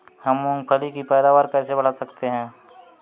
हम मूंगफली की पैदावार कैसे बढ़ा सकते हैं?